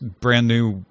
brand-new